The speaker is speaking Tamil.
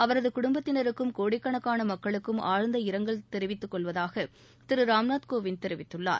அவரது குடும்பத்தினருக்கும் கோடிக்கணக்காள மக்களுக்கும் ஆழ்ந்த இரங்கல் தெரிவித்துக் கொள்வதாக திரு ராம்நாத் கோவிந்த் தெரிவித்துள்ளார்